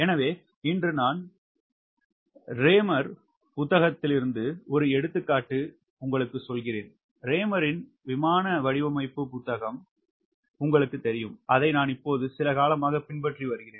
எனவே இன்று நான் ரேமர் புத்தகத்திலிருந்து ஒரு எடுத்துக்காட்டு உங்களுக்கு சொல்கிறேன் ரேமரின் விமான வடிவமைப்பு புத்தகம் உங்களுக்குத் தெரியும் அதை நான் இப்போது சில காலமாக பின்பற்றி வருகிறேன்